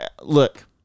Look